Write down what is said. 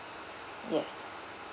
yes